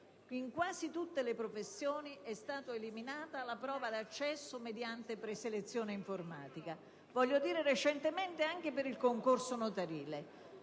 In quasi tutte le professioni è stata eliminata la prova di accesso mediante preselezione informatica; recentemente anche per il concorso notarile.